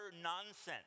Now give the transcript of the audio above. nonsense